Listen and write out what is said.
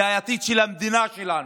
זה העתיד של המדינה שלנו,